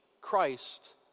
Christ